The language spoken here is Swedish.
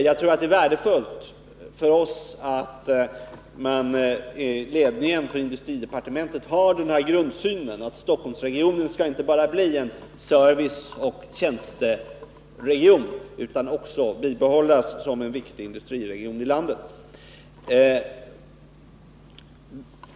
Jag tror det är värdefullt för oss att man i ledningen för industridepartementet har den grundsynen att Stockholmsregionen inte bara skall bli en serviceoch tjänsteregion utan också bibehållas som en viktig industriregion i landet.